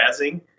razzing